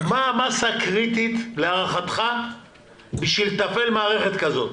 מה המסה הקריטית להערכתך כדי לתפעל מערכת כזאת?